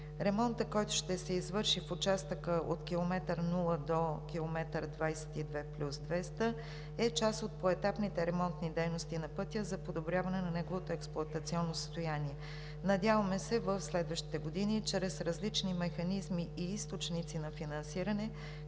Ремонтът, който ще се извърши в участъка от км 0 до км 22+200, е част от поетапните ремонти дейности на пътя за подобряване на неговото експлоатационно състояние. Надяваме се в следващите години чрез различни механизми и източници на финансиране